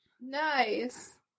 Nice